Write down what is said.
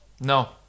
no